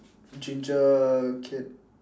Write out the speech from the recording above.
ginger kid